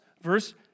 verse